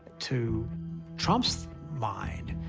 to trump's mind,